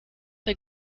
der